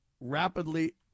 rapidly